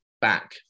back